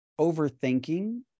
overthinking